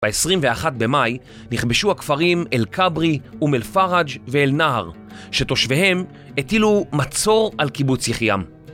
ב-21 במאי נכבשו הכפרים אל כברי, אום אל פרג' ואל-נהר, שתושביהם הטילו מצור על קיבוץ יחיעם.